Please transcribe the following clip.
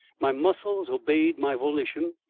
my muscles obeyed my volition,